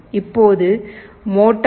இப்போது மோட்டார்